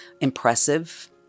impressive